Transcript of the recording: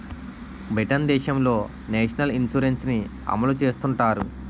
Britain దేశంలో national insurance ని అమలు చేస్తుంటారు